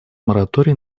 мораторий